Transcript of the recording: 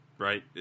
Right